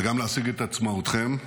וגם להשיג את עצמאותכם.